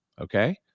Okay